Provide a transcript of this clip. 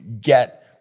get